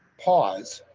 pause.